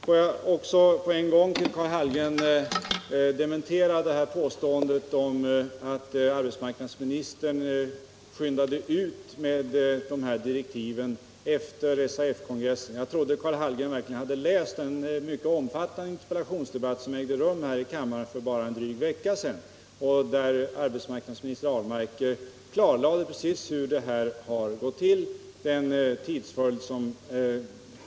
Låt mig också på en gång dementera påståendet att arbetsmarknadsministern skyndade ut med utredningsdirektiven efter SAF-kongressen. Jag trodde att Karl Hallgren hade läst protokollet från den mycket omfattande interpellationsdebatt som ägde rum här i kammaren för bara en dryg vecka sedan, då arbetsmarknadsminister Ahlmark precis förklarade tidsföljden.